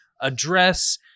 address